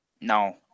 No